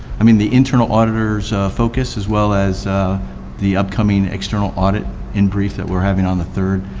i mean, the internal auditor's focus as well as the upcoming external audit, in brief, that we're having on the third.